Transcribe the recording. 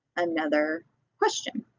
another question.